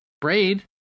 Braid